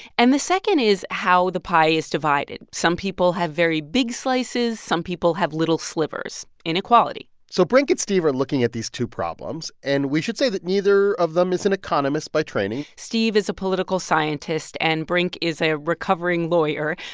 and the second is how the pie is divided. some people have very big slices. some people have little slivers inequality so brink and steve are looking at these two problems. and we should say that neither of them is an economist by training steve is a political scientist, and brink is a a recovering lawyer.